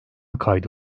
kaydı